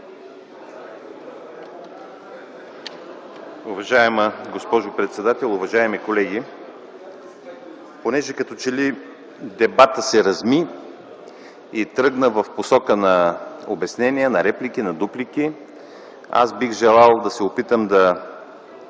Уважаема госпожо председател, уважаеми колеги! Понеже като че ли дебатът се разми и тръгна в посока на обяснения, на реплики, на дуплики, аз бих желал да се опитам да